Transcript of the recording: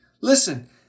Listen